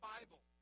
Bible